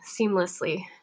seamlessly